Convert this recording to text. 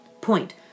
Point